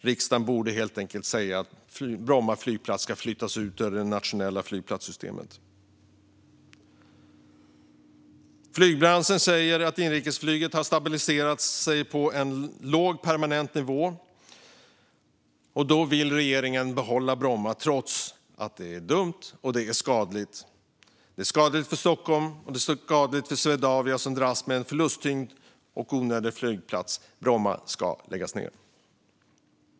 Riksdagen borde helt enkelt säga att Bromma flygplats ska flyttas ut ur det nationella flygplatssystemet. Flygbranschen säger att inrikesflyget har stabiliserats på en permanent låg nivå. Men regeringen vill ändå behålla Bromma, trots att det är dumt och skadligt. Det är skadligt för Stockholm, och det är skadligt för Swedavia som dras med en förlusttyngd och onödig flygplats. Bromma bör läggas ned.